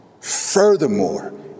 Furthermore